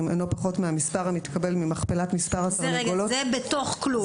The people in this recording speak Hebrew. זה בתוך כלוב.